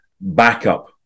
backup